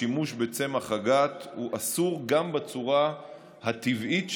השימוש בצמח הגת אסור גם בצורה הטבעית שלו,